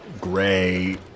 gray